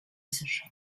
sacha